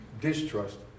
distrust